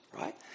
right